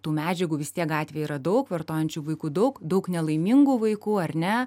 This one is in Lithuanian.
tų medžiagų vis tiek gatvėje yra daug vartojančių vaikų daug daug nelaimingų vaikų ar ne